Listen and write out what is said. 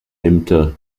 ämter